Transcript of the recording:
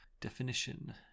Definition